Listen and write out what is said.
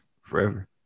forever